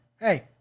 hey